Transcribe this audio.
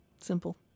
simple